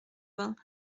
vingt